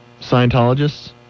Scientologists